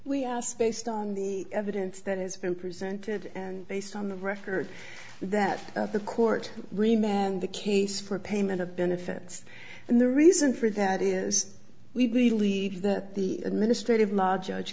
we ask based on the evidence that has been presented based on the record that the court remains and the case for payment of benefits and the reason for that is we believe that the administrative law judge